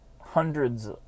hundreds